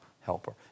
helper